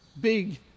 big